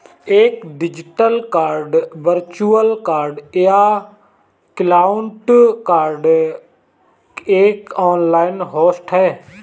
एक digital card virtual card या cloud card एक ऑनलाइन होस्ट है